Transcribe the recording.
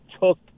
took